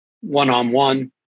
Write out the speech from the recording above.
one-on-one